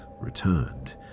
returned